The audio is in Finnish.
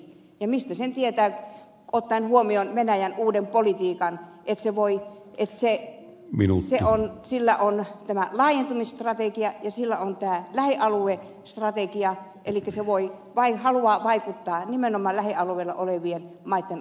mistä sen tietää kun ottaa huomioon venäjän uuden politiikan että sillä on tämä laajentumisstrategia ja lähialuestrategia se voi haluta vaikuttaa nimenomaan lähialueella olevien maitten asemaan